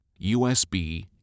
USB